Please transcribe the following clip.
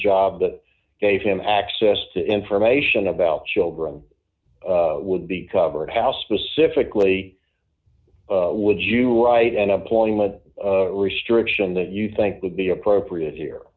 job that gave him access to information about children would be covered how specifically would you write an employment restriction that you think would be appropriate here